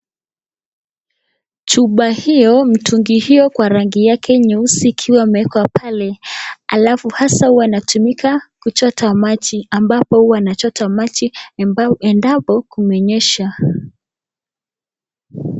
Chupa hio mtungi hio kwa rangi yake nyeusi ikiwa imeekwa pale alafu hasaa wanatumika kuchota maji ambapo huwa wanachota maji endapo kumenyesha.